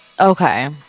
Okay